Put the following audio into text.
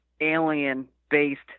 alien-based